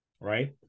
right